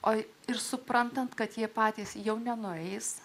o ir suprantant kad jie patys jau nenueis